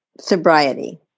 sobriety